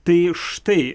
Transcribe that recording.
tai štai